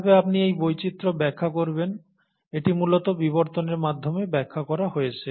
কিভাবে আপনি এই বৈচিত্র্য ব্যাখ্যা করবেন এটি মূলত বিবর্তনের মাধ্যমে ব্যাখ্যা করা হয়েছে